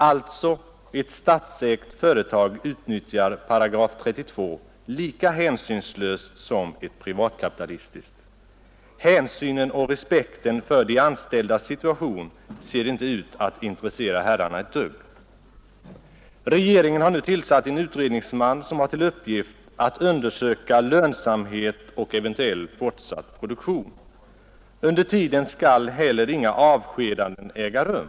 Alltså: ett statsägt företag utnyttjar § 32 lika hänsynslöst som ett privatkapitalistiskt! Hänsynen till och respekten för de anställdas situation tycks inte intressera herrarna ett dugg. Regeringen har nu tillsatt en utredningsman som har till uppgift att undersöka lönsamheten och förutsättningarna för eventuellt fortsatt produktion. Under tiden skall heller inga avskedanden få äga rum.